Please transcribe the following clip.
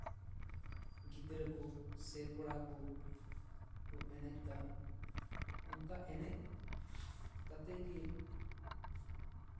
ᱜᱤᱫᱽᱨᱟᱹ ᱠᱚ ᱥᱮ ᱠᱚᱲᱟ ᱠᱚ ᱠᱚᱠᱚ ᱮᱱᱮᱡ ᱮᱫᱟ ᱚᱱᱠᱟ ᱮᱱᱮᱡ ᱠᱟᱛᱮ ᱜᱮ